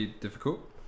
difficult